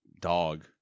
dog